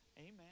Amen